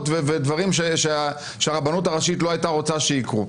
ודברים שהרבנות הראשית לא הייתה רוצה שיקרו.